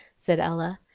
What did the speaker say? said ella,